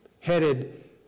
headed